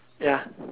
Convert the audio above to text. ya